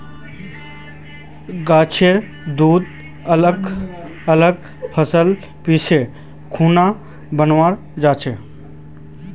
गाछेर दूध अलग अलग फसल पीसे खुना बनाल जाछेक